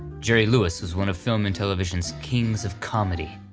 jerry lewis was one of film and television's kings of comedy.